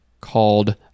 called